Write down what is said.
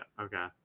Okay